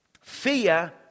Fear